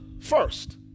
first